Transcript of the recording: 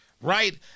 right